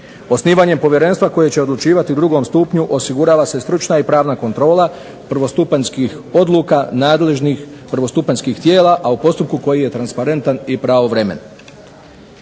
Osnivanjem povjerenstva koje će odlučivati u drugom stupnju osigurava se stručna i pravna kontrola, prvostupanjskih odluka nadležnih prvostupanjskih tijela, a u postupku koji je transparentan i pravovremen.